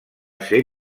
ser